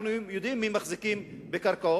אנחנו יודעים מי מחזיק בקרקעות,